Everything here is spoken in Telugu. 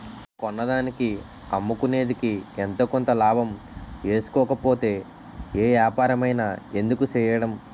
కొన్నదానికి అమ్ముకునేదికి ఎంతో కొంత లాభం ఏసుకోకపోతే ఏ ఏపారమైన ఎందుకు సెయ్యడం?